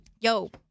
Yo